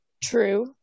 True